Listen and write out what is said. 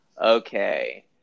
okay